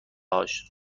هاش